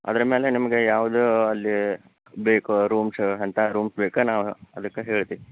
ಅದರ ಮೇಲೆ ನಿಮಗೆ ಯಾವುದು ಅಲ್ಲಿ ಬೇಕು ರೂಮ್ಸ್ ಎಂಥ ರೂಮ್ಸ್ ಬೇಕಾ ನಾವು ಅದಕ್ಕೇ ಹೇಳ್ತೀವಿ